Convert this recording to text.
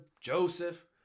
Joseph